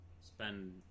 spend